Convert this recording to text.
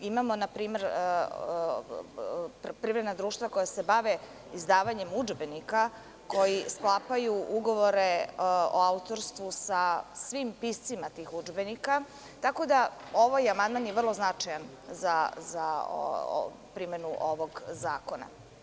Imamo, npr, privredna društva koja se bave izdavanjem udžbenika, koji sklapaju ugovore o autorstvu sa svim piscima tih udžbenika, tako da je ovaj amandman vrlo značajan za primenu ovog zakona.